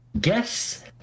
guess